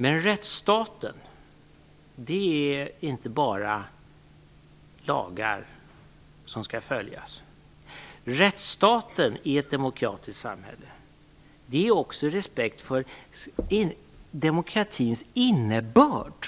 Men rättsstaten är inte bara lagar som skall följas. Rättsstaten i ett demokratiskt samhälle är också respekt för demokratins innebörd.